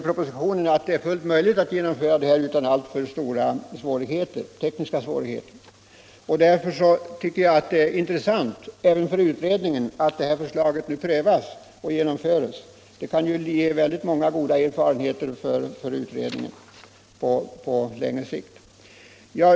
Propositionen visar ju att det är fullt möjligt att göra det utan större tekniska svårigheter. För utredningen måste det vara intressant att få se reservanternas förslag genomfört. Det kan ge många goda erfarenheter för utredningen i dess arbete.